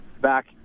back